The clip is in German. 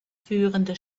führende